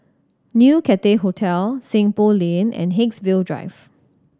New Cathay Hotel Seng Poh Lane and Haigsville Drive